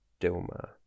dilma